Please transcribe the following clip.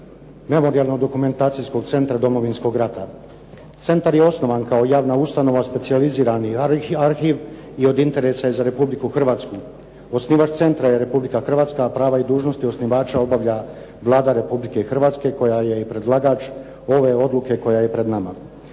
Memorijalno-dokumentacijskog centra Domovinskog rata. Centar je osnovan kao javna ustanova specijalizirani arhiv i od interesa je za Republiku Hrvatsku. Osnivač centra je Republika Hrvatska a prava i dužnosti osnivača obavlja Vlada Republike Hrvatske koja je i predlagač ove odluke koja je pred nama.